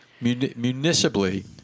municipally